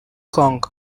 kong